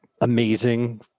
amazing